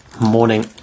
morning